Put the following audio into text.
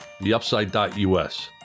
theupside.us